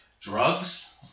drugs